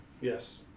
Yes